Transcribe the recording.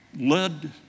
led